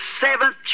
seventh